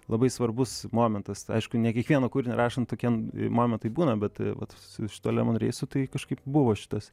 labai svarbus momentas aišku ne kiekvieną kūrinį rašant tokie momentai būna bet vat su šituo lemon reisu tai kažkaip buvo šitas